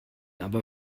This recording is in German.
aber